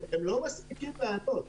הם לא מספיקים לענות.